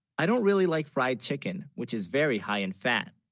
i don't really, like fried chicken, which is very high in fat